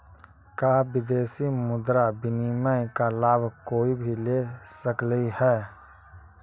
का विदेशी मुद्रा विनिमय का लाभ कोई भी ले सकलई हे?